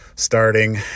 starting